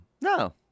No